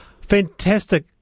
Fantastic